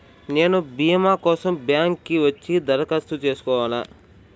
నేను భీమా కోసం బ్యాంక్కి వచ్చి దరఖాస్తు చేసుకోవాలా?